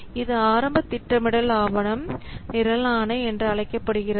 இது ஆரம்ப திட்டமிடல் ஆவணம் நிரல் ஆணை என அழைக்கப்படுகிறது